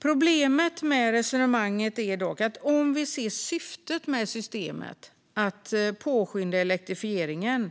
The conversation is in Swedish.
Problemet med resonemanget är dock att om vi ser till syftet med systemet, att påskynda elektrifieringen,